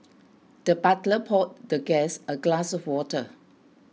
the butler poured the guest a glass of water